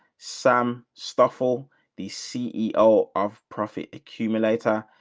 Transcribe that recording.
some stuff will the ceo of profit accumulator.